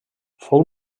fou